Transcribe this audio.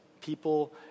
people